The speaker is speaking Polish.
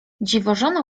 dziwożona